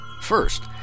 First